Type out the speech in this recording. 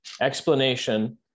Explanation